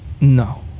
No